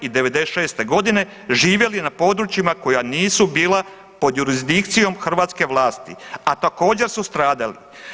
I '96. godine živjeli na područjima koja nisu bila pod jurisdikcijom hrvatske vlasti a također su stradali.